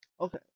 Okay